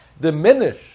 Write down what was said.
diminish